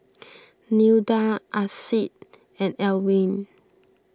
Nilda Ardyce and Alwine